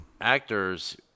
Actors